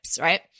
right